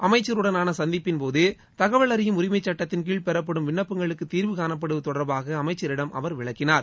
அமைச்சருடனான சந்திப்பின் போது தகவல் அறியும் உரிமைச் சுட்டத்தின் கீழ் பெறப்படும் விண்ணப்பங்களுக்குத் தீர்வு காணப்படுவது தொடர்பாக அமைச்சரிடம் அவர் விளக்கினார்